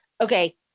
okay